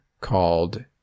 called